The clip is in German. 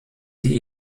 die